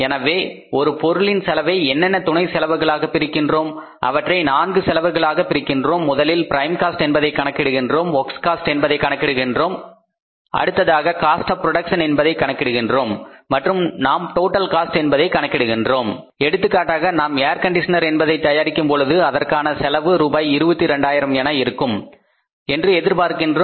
எனவே ஒரு பொருளின் செலவை என்னென்ன துணை செலவுகளாக பிரிகின்றோம் அவற்றை 4 செலவுகளாக பிரிகின்றோம் முதலில் பிரைம் காஸ்ட் என்பதை கணக்கிடுகிறோம் ஒர்க்ஸ் காஸ்ட் என்பதை கணக்கிடுகிறோம் அடுத்ததாக காஸ்ட் ஆஃ புரோடக்சன் என்பதை கணக்கிடுகிறோம் மற்றும் நாம் டோடல் காஸ்ட் என்பதை கணக்கிடுகிறோம் எடுத்துக்காட்டாக நாம் ஏர் கண்டிஷனர் என்பதை தயாரிக்கும் பொழுது அதற்கான செலவு ரூபாய் 22000 என இருக்கும் என்று எதிர்பார்க்கின்றோம்